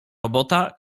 robota